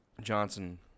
Johnson